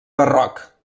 barroc